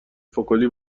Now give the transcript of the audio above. فکلی